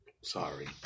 Sorry